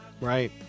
Right